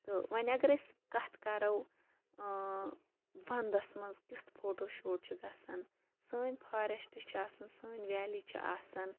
تہٕ وۄنۍ اَگَر أسۍ کتھ کَرَو وَندَس مَنٛز کیُتھ فوٹو شوٗٹ چھ گَژھان سٲنٛۍ پھارسٹ چھِ آسَان سٲنٛۍ ویلی چھِ آسَان